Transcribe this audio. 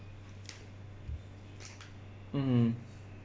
mmhmm